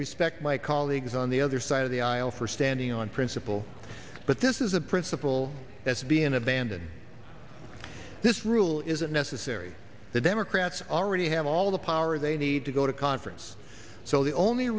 respect my colleagues on the other side of the aisle for standing on principle but this is a principle that's been abandoned this rule is unnecessary the democrats already have all the power they need to go to conference so the only